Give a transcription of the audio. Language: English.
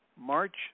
March